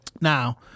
Now